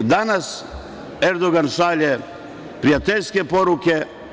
Danas Erdogan šalje prijateljske poruke.